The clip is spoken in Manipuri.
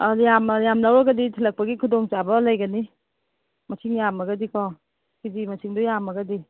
ꯑꯥ ꯌꯥꯝ ꯂꯧꯔꯒꯗꯤ ꯊꯤꯜꯂꯛꯄꯒꯤ ꯈꯨꯗꯣꯡ ꯆꯥꯕ ꯂꯩꯒꯅꯤ ꯃꯁꯤꯡ ꯌꯥꯝꯃꯒꯗꯤꯀꯣ ꯀꯦ ꯖꯤ ꯃꯁꯤꯡꯗꯣ ꯌꯥꯝꯃꯒꯗꯤ